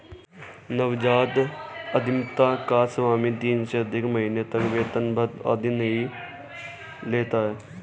नवजात उधमिता का स्वामी तीन से अधिक महीने तक वेतन भत्ता आदि नहीं लेता है